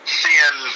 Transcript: seeing